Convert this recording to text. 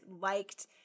liked